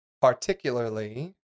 particularly